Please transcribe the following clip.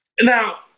now